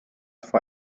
for